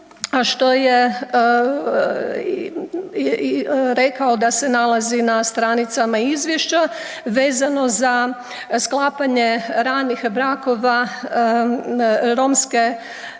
a što je rekao da se nalazi na stranicama izvješća vezano za sklapanje ranih brakova romske